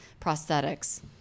prosthetics